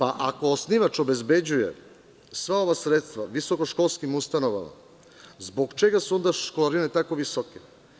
Ako osnivač obezbeđuje sva ova sredstva visokoškolskim ustanovama, zbog čega su onda školarine tako visoke?